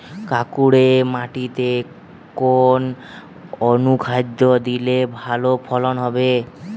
কাঁকুরে মাটিতে কোন অনুখাদ্য দিলে ভালো ফলন হবে?